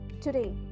today